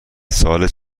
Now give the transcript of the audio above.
سال